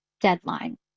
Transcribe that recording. deadline